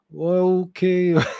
Okay